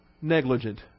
negligent